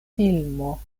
filmo